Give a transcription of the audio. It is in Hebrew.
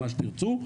מה שתרצו,